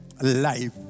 life